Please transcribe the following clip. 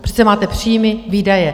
Přece máte příjmy, výdaje.